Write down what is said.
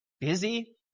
Busy